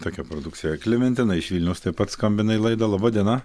tokia produkcija klementina iš vilniaus taip pat skambina į laidą laba diena